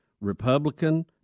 Republican